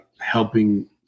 helping